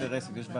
תרשה לי להתייחס.